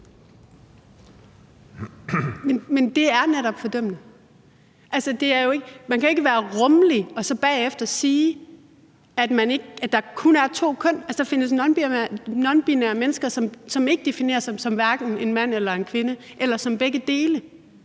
Men det er netop fordømmende. Altså, man kan ikke være rummelig og så bagefter sige, at der kun er to køn. Der findes nonbinære mennesker, som ikke definerer sig som hverken en mand eller en kvinde eller som begge dele.